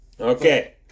Okay